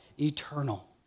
eternal